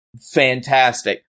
fantastic